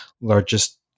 largest